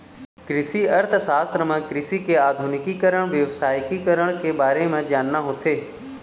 कृषि अर्थसास्त्र म कृषि के आधुनिकीकरन, बेवसायिकरन के बारे म जानना होथे